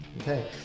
Okay